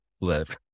live